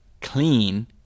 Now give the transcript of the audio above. clean